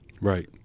Right